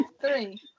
three